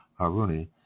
Haruni